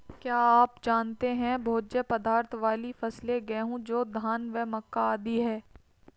क्या आप जानते है भोज्य पदार्थ वाली फसलें गेहूँ, जौ, धान व मक्का आदि है?